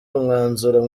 umwanzuro